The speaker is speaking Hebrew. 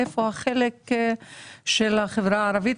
איפה החלק של החברה הערבית?